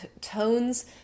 tones